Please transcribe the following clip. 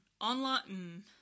Online